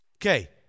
okay